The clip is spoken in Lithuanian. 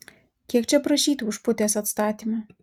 kiek čia prašyti už putės atstatymą